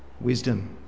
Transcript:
Wisdom